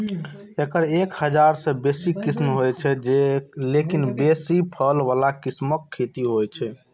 एकर एक हजार सं बेसी किस्म होइ छै, लेकिन बेसी फल बला किस्मक खेती होइ छै